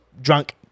Drunk